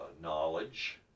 knowledge